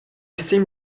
seem